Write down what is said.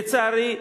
לצערי,